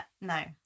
no